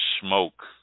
smoke